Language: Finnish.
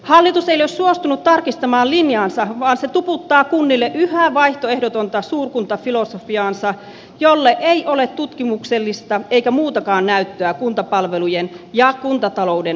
hallitus ei suostunut tarkistamaan linjaansa varsin tuputtaa kunnille yhä vaihtoehdotonta asuinkunta filosofiaansa joille ei ole tutkimuksellista eikä muutakaan näyttöä kuntapalvelujen ja kuntatalouden